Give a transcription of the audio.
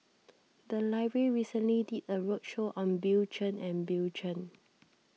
the library recently did a roadshow on Bill Chen and Bill Chen